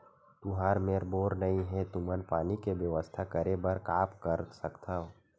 तुहर मेर बोर नइ हे तुमन पानी के बेवस्था करेबर का कर सकथव?